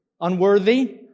Unworthy